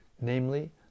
namely